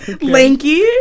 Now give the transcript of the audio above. lanky